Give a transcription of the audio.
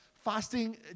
fasting